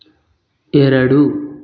ಎರಡು